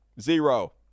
Zero